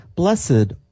Blessed